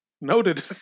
noted